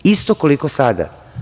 Isto koliko sada?